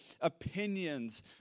opinions